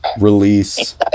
Release